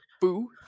boo